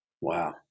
Wow